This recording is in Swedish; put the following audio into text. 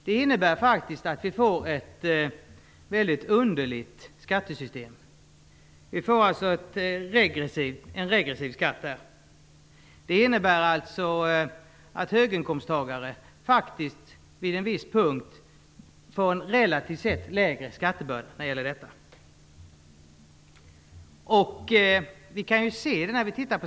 Det blir en regressiv skatt. Det innebär alltså att höginkomsttagare vid en viss punkt relativt sett får en lägre skattebörda när det gäller dessa avgifter.